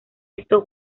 esto